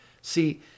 See